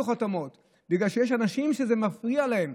חותמות בגלל שיש אנשים שזה מפריע להם.